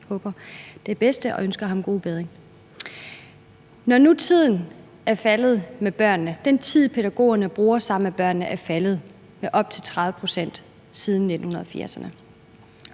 Jeg håber det bedste og ønsker ham god bedring. Når nu den tid, pædagogerne bruger sammen med børnene, er mindsket med op til 30 pct. siden 1980'erne,